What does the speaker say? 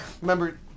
Remember